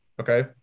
okay